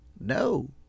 No